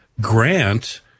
grant